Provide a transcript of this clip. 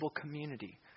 community